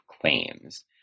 Claims